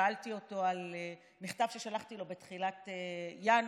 שאלתי אותו על מכתב ששלחתי לו בתחילת ינואר,